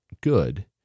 good